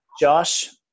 josh